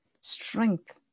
Strength